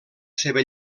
seva